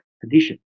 condition